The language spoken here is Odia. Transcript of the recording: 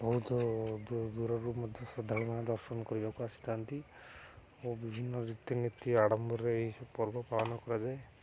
ବହୁତ ଦୂରରୁ ମଧ୍ୟ ଶ୍ରଦ୍ଧାଳୁ ଦର୍ଶନ କରିବାକୁ ଆସିଥାନ୍ତି ଓ ବିଭିନ୍ନ ରୀତିନୀତି ଆଡ଼ମ୍ବରେ ଏହିସବୁ ପର୍ବ ପାଳନ କରାଯାଏ